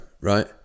right